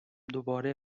دوباره